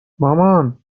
مامان